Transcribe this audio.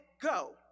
go